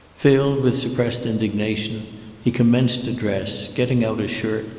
filled, with suppressed indignation he commenced to dress, getting out a shirt,